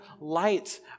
light